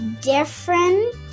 different